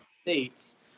states